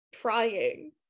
trying